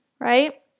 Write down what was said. right